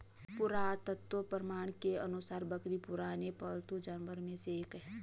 पुरातत्व प्रमाण के अनुसार बकरी पुराने पालतू जानवरों में से एक है